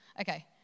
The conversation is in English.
Okay